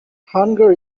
hunger